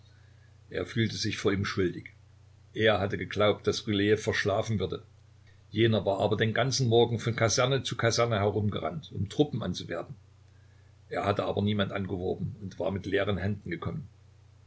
er fühlte sich vor ihm schuldig er hatte geglaubt daß rylejew verschlafen würde jener war aber den ganzen morgen von kaserne zu kaserne herumgerannt um truppen anzuwerben er hatte aber niemand angeworben und war mit leeren händen gekommen